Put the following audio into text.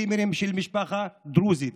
צימרים של משפחה דרוזית.